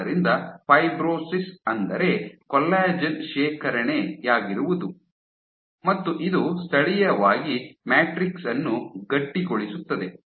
ಆದ್ದರಿಂದ ಫೈಬ್ರೋಸಿಸ್ ಅಂದರೆ ಕೊಲ್ಲಾಜೆನ್ ಶೇಖರಣೆಯಾಗಿರುವುದು ಮತ್ತು ಇದು ಸ್ಥಳೀಯವಾಗಿ ಮ್ಯಾಟ್ರಿಕ್ಸ್ ಅನ್ನು ಗಟ್ಟಿಗೊಳಿಸುತ್ತದೆ